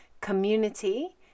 community